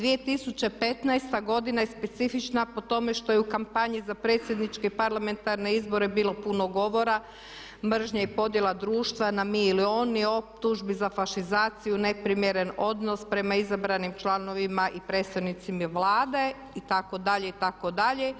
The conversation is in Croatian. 2015. godina je specifična po tome što je u kampanji za predsjedničke parlamentarne izbore bilo puno govora mržnje i podjela društva na mi ili oni, optužbi za fašizaciju, neprimjeren odnos prema izabranim članovima i predstavnicima Vlade itd. itd.